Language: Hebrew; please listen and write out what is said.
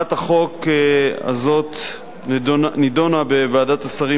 הצעת החוק הזאת נדונה בוועדת השרים